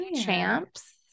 champs